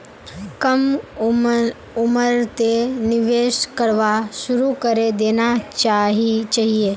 कम उम्रतें निवेश करवा शुरू करे देना चहिए